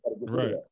right